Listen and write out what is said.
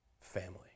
family